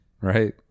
right